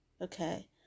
Okay